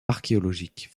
archéologique